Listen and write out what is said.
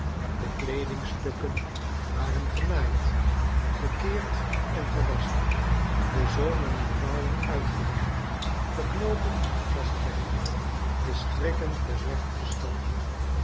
de kleedingsstukken waren genaaid gekeerd en gewasschen de zoomen en vouwen uitgelegd de knoopen vastgehecht de strikken terecht gestoken